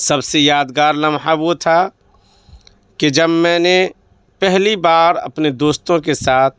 سب سے یادگار لمحہ وہ تھا کہ جب میں نے پہلی بار اپنے دوستوں کے ساتھ